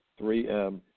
3M